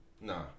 Nah